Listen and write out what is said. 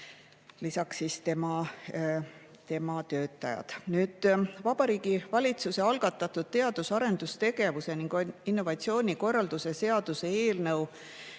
teised ministeeriumi töötajad. Vabariigi Valitsuse algatatud teadus- ja arendustegevuse ning innovatsiooni korralduse seaduse eelnõu